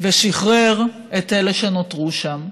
ושחרר את אלה שנותרו שם.